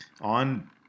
On